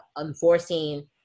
enforcing